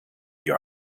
your